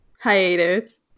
hiatus